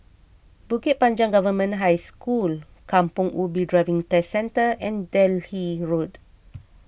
Bukit Panjang Government High School Kampong Ubi Driving Test Centre and Delhi Road